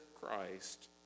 Christ